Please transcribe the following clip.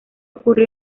ocurrió